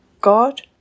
God